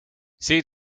see